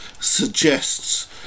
suggests